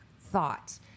thought